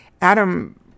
Adam